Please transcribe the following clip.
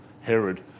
Herod